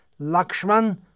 Lakshman